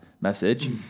message